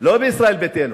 לא מישראל ביתנו,